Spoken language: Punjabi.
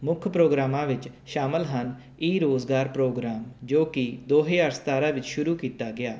ਮੁੱਖ ਪ੍ਰੋਗਰਾਮਾਂ ਵਿੱਚ ਸ਼ਾਮਿਲ ਹਨ ਈ ਰੋਜ਼ਗਾਰ ਪ੍ਰੋਗਰਾਮ ਜੋ ਕਿ ਦੋ ਹਜ਼ਾਰ ਸਤਾਰ੍ਹਾਂ ਵਿੱਚ ਸ਼ੁਰੂ ਕੀਤਾ ਗਿਆ